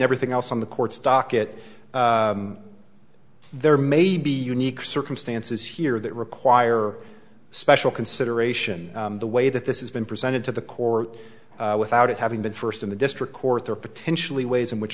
everything else on the court's docket there may be unique circumstances here that require special consideration the way that this is been presented to the core without it having been first in the district court there potentially ways in which